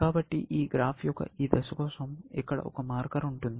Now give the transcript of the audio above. కాబట్టి ఈ గ్రాఫ్ యొక్క ఈ దశ కోసం ఇక్కడ ఒక మార్కర్ ఉంటుంది